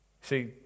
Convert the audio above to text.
See